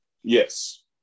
Yes